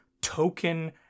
token